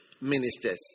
ministers